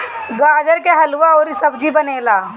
गाजर के हलुआ अउरी सब्जी बनेला